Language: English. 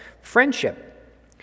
friendship